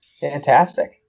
Fantastic